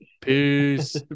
Peace